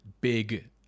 big